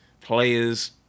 players